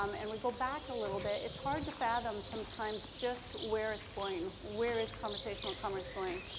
um and we go back a little bit, it's hard to fathom sometimes just where it's going. where is conversational commerce going?